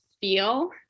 feel